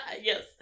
yes